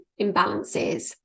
imbalances